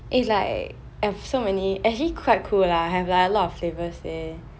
is like have so many actually quite cool lah have like lot of flavours leh